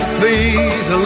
please